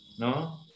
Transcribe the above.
No